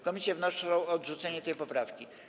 Komisje wnoszą o odrzucenie tej poprawki.